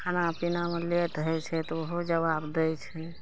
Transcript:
खाना पीनामे लेट होइ छै तऽ ओहो जवाब दै छै